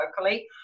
locally